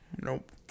Nope